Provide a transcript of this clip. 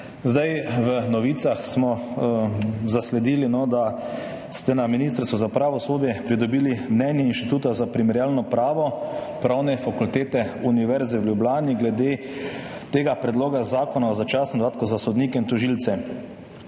V novicah smo zasledili, da ste na Ministrstvu za pravosodje pridobili mnenje Inštituta za primerjalno pravo Pravne fakultete Univerze v Ljubljani glede Predloga zakona o začasnem dodatku sodnikov in tožilcev.